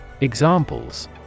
Examples